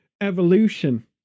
evolution